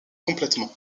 complètement